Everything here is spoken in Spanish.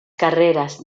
carreras